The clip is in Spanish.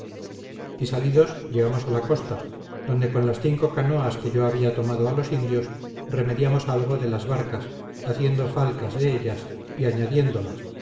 y salidos llegamos a la costa donde con las cinco canoas que yo había tomado a los indios remediamos algo de las barcas haciendo falcas de ellas y añadiéndolas